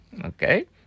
Okay